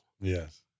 Yes